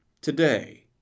today